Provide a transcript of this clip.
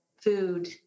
food